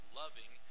loving